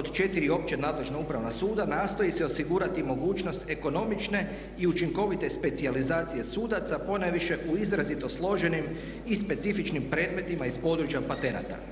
od 4 opća nadležna Upravna suda nastoji se osigurati mogućnost ekonomične i učinkovite specijalizacije sudaca ponajviše u izrazito složenim i specifičnim predmetima iz područja patenata.